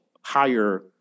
higher